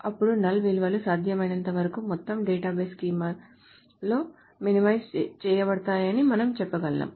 అప్పుడు null విలువలు సాధ్యమైనంతవరకు మొత్తం డేటాబేస్ స్కీమాలో మినిమైజ్ చేయబడతాయని మనం చెప్పగలం